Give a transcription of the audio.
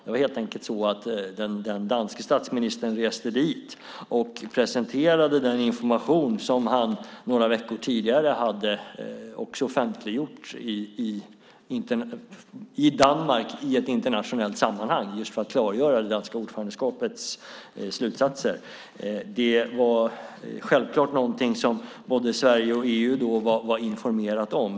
Det var helt enkelt så att den danske statsministern reste dit och presenterade den information som han några veckor tidigare hade offentliggjort i Danmark i ett internationellt sammanhang för att klargöra det danska ordförandeskapets slutsatser. Det var självklart någonting som både Sverige och EU var informerade om.